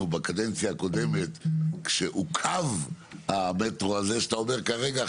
בקדנציה הקודמת כשעוכב המטרו הזה שאתה אומר כרגע,